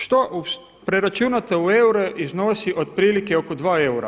Što preračunato u eure iznosi otprilike oko 2 eura.